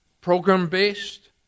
program-based